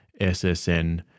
SSN